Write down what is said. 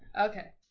Okay